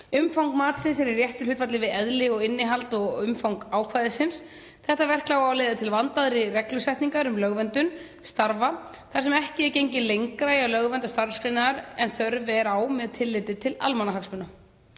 Umfang matsins er í réttu hlutfalli við eðli og innihald og umfang ákvæðisins. Þetta verklag á að leiða til vandaðri reglusetningar um lögverndun starfa þar sem ekki er gengið lengra í að lögvernda starfsgreinar en þörf er á með tilliti til almannahagsmuna.